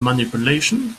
manipulation